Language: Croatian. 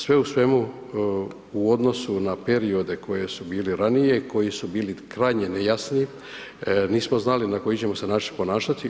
Sve u svemu u odnosu na periode koji su bili ranije i koji su bili krajnje nejasni, nismo znali na koji ćemo se način ponašati.